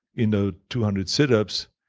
you know two hundred sit ups.